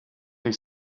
той